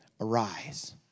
arise